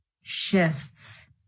shifts